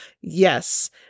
Yes